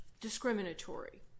discriminatory